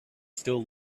still